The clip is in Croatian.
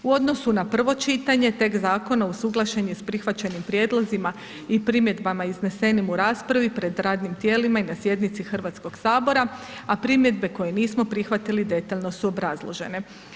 U odnosu na prvo čitanje, tekst zakona usuglašen je s prihvaćenim prijedlozima i primjedbama iznesenim u raspravi pred radnih tijelima i na sjednici HS-a, a primjedbe koje nismo prihvatili, detaljno su obrazložene.